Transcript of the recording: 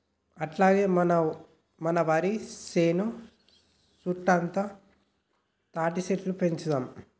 అట్లాగే మన వరి సేను సుట్టుతా తాటిసెట్లు పెంచుదాము